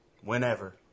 Whenever